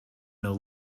know